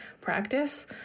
practice